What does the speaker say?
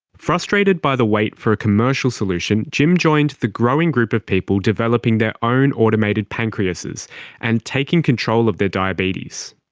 frustrated by the wait for a commercial solution, jim joined the growing group of people developing their own automated pancreases and taking control of their diabetes.